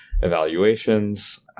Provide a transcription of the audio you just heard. evaluations